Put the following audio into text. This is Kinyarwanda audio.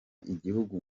igihugu